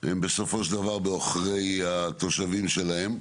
היא בסופו של דבר בעוכרי התושבים שלהם.